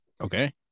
Okay